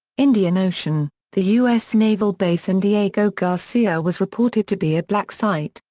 indian ocean the u s. naval base in diego garcia was reported to be a black site,